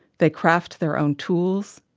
they craft their own tools.